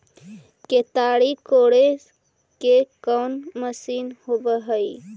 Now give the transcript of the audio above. केताड़ी कोड़े के कोन मशीन होब हइ?